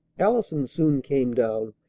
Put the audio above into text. allison soon came down,